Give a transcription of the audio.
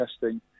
testing